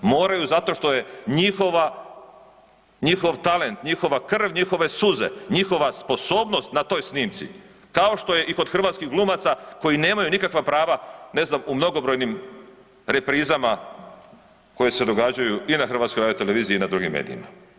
Moraju zato što je njihova, njihov talent, njihova krv, njihove suze, njihova sposobnost na toj snimci kao što je i kod hrvatskih glumaca koji nemaju nikakva prava ne znam u mnogobrojnim reprizama koje se događaju i na HRT-u i na drugim medijima.